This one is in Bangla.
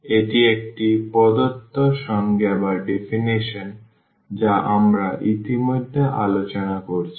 এটি একটি প্রদত্ত সংজ্ঞা যা আমরা ইতিমধ্যে আলোচনা করেছি